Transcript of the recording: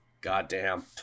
goddamn